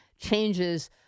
changes